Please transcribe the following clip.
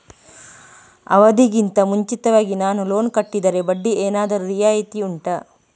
ಅವಧಿ ಗಿಂತ ಮುಂಚಿತವಾಗಿ ನಾನು ಲೋನ್ ಕಟ್ಟಿದರೆ ಬಡ್ಡಿ ಏನಾದರೂ ರಿಯಾಯಿತಿ ಉಂಟಾ